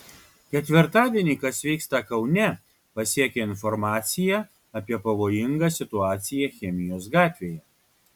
ketvirtadienį kas vyksta kaune pasiekė informacija apie pavojingą situaciją chemijos gatvėje